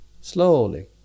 slowly